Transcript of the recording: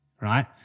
right